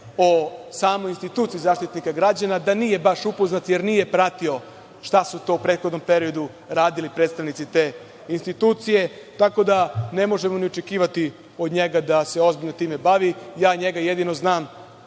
po samu instituciju, da nije baš upoznat jer nije pratio šta su to u prethodnom periodu radili predstavnici te institucije. Tako da ne možemo ni očekivati od njega da se ozbiljno time bavi. Ja ga jedino znam